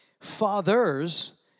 Fathers